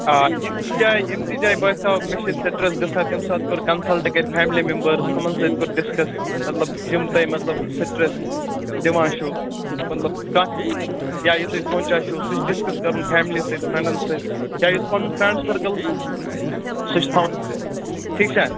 آ یِم تہِ جاے یِم تہِ جاے باسیو مےٚ چھِ سِٹرٛس گژھان تَمہِ ساتہٕ کوٚر کَنسَلٹ گَرِ فیملی میمبٔرٕز تِمَن سۭتۍ کوٚر ڈِسکَس مطلب یِم تۄہہِ مطلب سِٹرٛس دِوان چھُ مطلب کانٛہہ چیٖز یا یہِ تُہۍ سونٛچان چھُ سُہ چھِ ڈِسکَس کَرُن فیملی سۭتۍ فرٛنٛڈَن سۭتۍ تۄہہِ یُس پَنُن فرٛنٛڈ سٔرکٕل چھِ سُہ چھِ تھَاوُن اَصٕل ٹھیٖک چھا